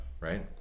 right